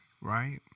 Right